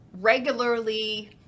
regularly